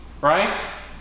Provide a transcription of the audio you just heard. right